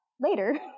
later